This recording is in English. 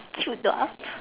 cute dwarf